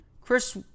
Chris